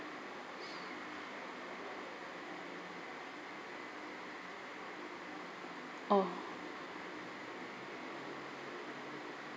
oh